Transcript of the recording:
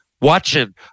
watching